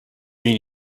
mean